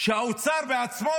שהאוצר בעצמו